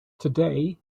today